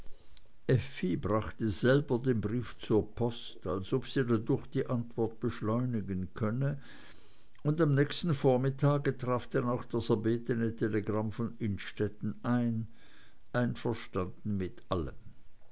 brachte selber den brief zur post als ob sie dadurch die antwort beschleunigen könne und am nächsten vormittag traf denn auch das erbetene telegramm von innstetten ein einverstanden mit allem